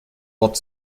wort